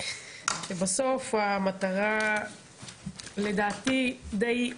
אני חייב להגיד שהמקרה שאני קראתי פה,